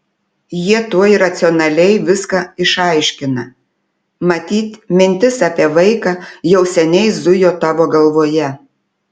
jie tuoj racionaliai viską išaiškina matyt mintis apie vaiką jau seniai zujo tavo galvoje